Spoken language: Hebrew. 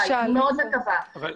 הלוואי, אני מאוד מקווה -- איפה למשל?